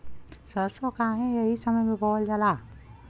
सरसो काहे एही समय बोवल जाला?